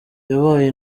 yabaye